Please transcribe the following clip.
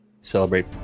celebrate